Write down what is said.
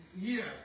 Yes